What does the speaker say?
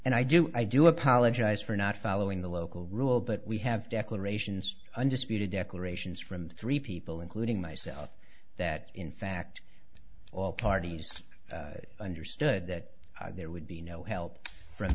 and i do i do apologize for not following the local rule that we have to acclamations undisputed declarations from three people including myself that in fact all parties understood that there would be no help from